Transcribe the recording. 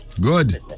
Good